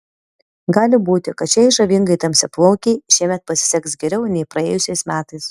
gali būti kad šiai žavingai tamsiaplaukei šiemet pasiseks geriau nei praėjusiais metais